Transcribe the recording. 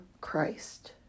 Christ